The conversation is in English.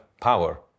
power